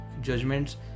judgments